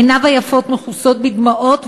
עיניו היפות מכוסות בדמעות,